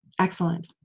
Excellent